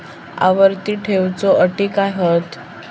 आवर्ती ठेव च्यो अटी काय हत?